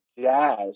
jazz